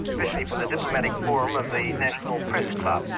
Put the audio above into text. especially for the diplomatic forum of the national press club.